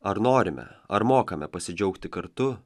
ar norime ar mokame pasidžiaugti kartu